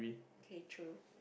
okay true